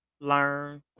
learn